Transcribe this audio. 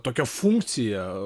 tokią funkciją